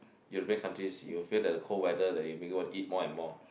European countries you will feel that the cold weather that you make you want to eat more and more